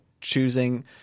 choosing